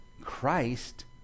Christ